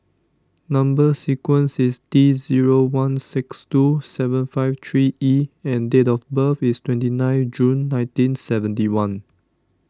Number Sequence is T zero one six two seven five three E and date of birth is twenty nine June nineteen seventy one